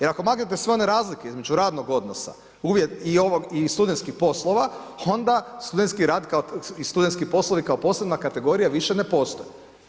E, ako maknete sve one razlike između radnog odnosa i studentskih poslova, onda studentski rad i studentski poslovi kao posebna kategorija više ne postoje.